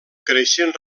creixent